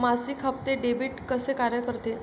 मासिक हप्ते, डेबिट कसे कार्य करते